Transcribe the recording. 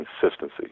consistency